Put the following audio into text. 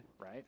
right